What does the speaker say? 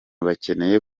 bakeneye